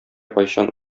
кайчан